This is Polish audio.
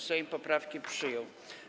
Sejm poprawki przyjął.